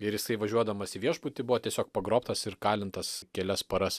ir jisai važiuodamas į viešbutį buvo tiesiog pagrobtas ir kalintas kelias paras